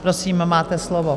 Prosím, máte slovo.